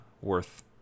worth